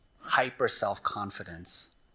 hyper-self-confidence